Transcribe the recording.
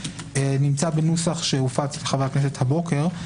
נמצא בנוסח שהופץ לחברי הכנסת הבוקר,